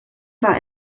war